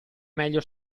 meglio